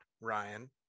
Ryan